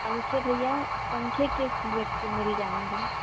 पंखे भैया पंखे किस रेट के मिल जाएँगे